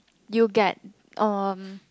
you get um